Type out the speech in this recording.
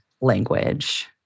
language